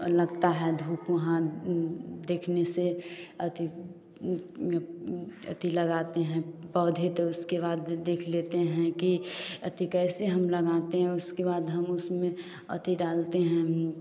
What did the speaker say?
लगता है धूप वहाँ देखने से अति एती लगाते हैं पौधे तो उसके बाद देख लेते हैं कि एती कैसे हम लगाते हैं उसके बाद हम उसमें अति डालते हैं